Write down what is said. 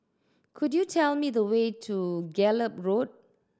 could you tell me the way to Gallop Road